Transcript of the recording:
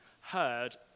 heard